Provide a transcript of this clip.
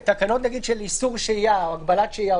בתקנות למשל של איסור שהייה או הגבלת שהייה,